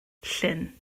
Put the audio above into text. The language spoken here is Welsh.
llyn